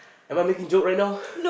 am I making joke right now